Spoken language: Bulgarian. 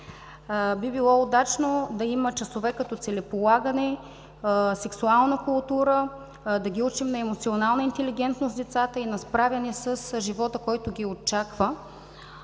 Би било удачно да има часове като целеполагане, сексуална култура, да учим децата на емоционална интелигентност и на справяне с живота, който ги очаква.